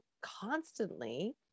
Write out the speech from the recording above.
constantly